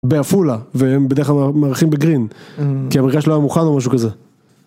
בעפולה, והם בדרך כלל מארחים בגרין, כי המרגש לא מוכן, או משהו כזה.